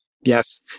Yes